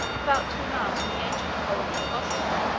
about two miles from the ancient colony of ostia.